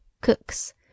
cooks